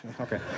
Okay